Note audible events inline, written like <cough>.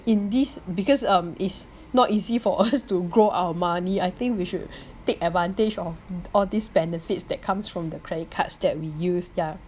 in this because um it's not easy for us <laughs> to grow our money I think we should take advantage of all these benefits that comes from the credit cards that we use yeah